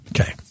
Okay